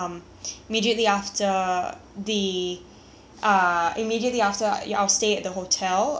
uh immediately after our stay at the hotel and I feel like there must be something wrong with the breakfast buffet